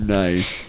nice